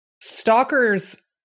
stalker's